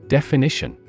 Definition